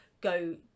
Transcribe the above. go